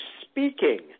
speaking